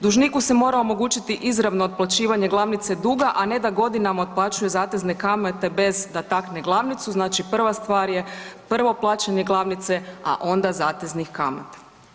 Dužniku se mora omogućiti izravno otplaćivanje glavnice duga, a ne da godinama otplaćuje zatezne kamate bez da takne glavnicu, znači prva stvar je prvo plaćanje glavnice, a onda zateznih kamata.